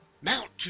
Mount